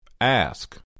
Ask